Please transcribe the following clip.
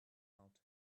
out